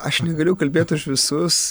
aš negaliu kalbėt už visus